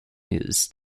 mills